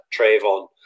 Trayvon